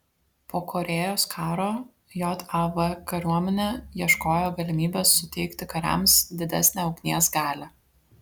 po korėjos karo jav kariuomenė ieškojo galimybės suteikti kariams didesnę ugnies galią